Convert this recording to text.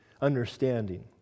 understanding